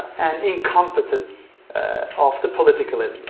and incompetence of the political elite.